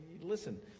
listen